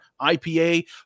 IPA